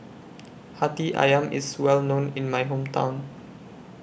Hati Ayam IS Well known in My Hometown